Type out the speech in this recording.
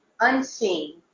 unseen